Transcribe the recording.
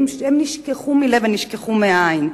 הם נשכחו מלב, הם נשכחו מהעין,